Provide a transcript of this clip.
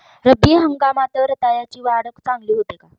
रब्बी हंगामात रताळ्याची वाढ चांगली होते का?